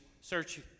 search